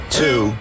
two